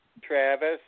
Travis